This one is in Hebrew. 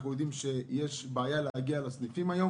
אנחנו יודעים שיש בעיה להגיע לסניפים היום